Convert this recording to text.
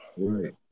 right